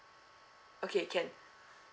okay can